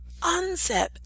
unzip